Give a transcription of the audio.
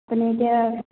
আপুনি এতিয়া